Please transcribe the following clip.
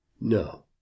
No